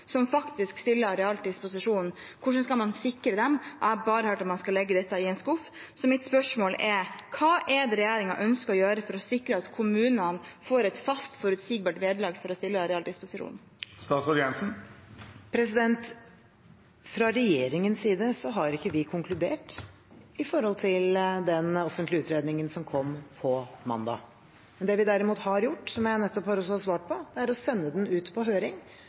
man skal legge dette i en skuff. Mitt spørsmål er: Hva ønsker regjeringen å gjøre for å sikre at kommunene får et fast og forutsigbart vederlag for å stille arealer til disposisjon? Fra regjeringens side har vi ikke konkludert når det gjelder den offentlige utredningen som kom mandag. Det vi derimot har gjort, som jeg nettopp har svart på, er å sende den ut på høring,